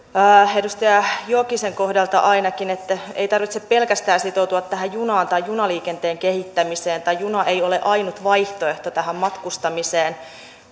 edustaja jokisen kohdalla ainakin että ei tarvitse sitoutua pelkästään tähän junaan tai junaliikenteen kehittämiseen tai juna ei ole ainut vaihtoehto tähän matkustamiseen